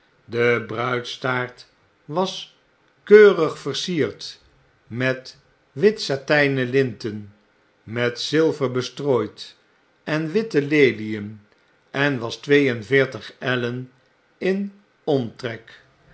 de bruidstaart was keurig vereen eoman uit den vacantie tijd in vier deelen sierd met wit satjjnen linten met zilver bestrooid en witte lelien en was twee en veertig ellen in omtrek